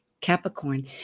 Capricorn